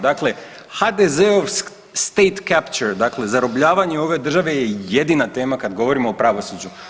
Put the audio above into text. Dakle, HDZ state capture dakle zarobljavanje ove države je jedina tema kad govorimo o pravosuđu.